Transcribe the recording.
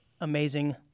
amazing